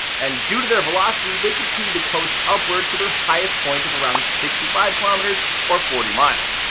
and due to their velocity, they continue to coast upward to their highest point of around sixty five kilometers or forty miles.